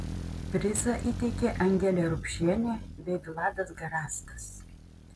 prizą įteikė angelė rupšienė bei vladas garastas